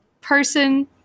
person